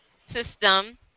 system